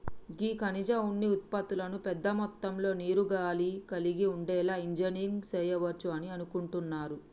గీ ఖనిజ ఉన్ని ఉత్పతులను పెద్ద మొత్తంలో నీరు, గాలి కలిగి ఉండేలా ఇంజనీరింగ్ సెయవచ్చు అని అనుకుంటున్నారు